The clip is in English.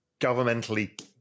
governmentally